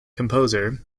composer